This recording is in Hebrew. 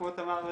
כמו תמר זנדברג,